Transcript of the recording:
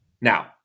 Now